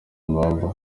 mpamvu